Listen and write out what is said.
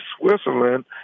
Switzerland